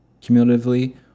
cumulatively